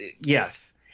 Yes